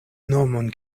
nomon